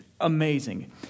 amazing